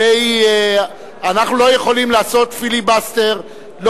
אנחנו לא יכולים לעשות פיליבסטר לא